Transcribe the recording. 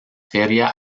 feria